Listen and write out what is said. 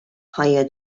ħajja